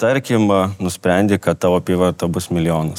tarkim nusprendi kad tavo apyvarta bus milijonas